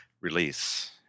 release